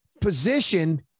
position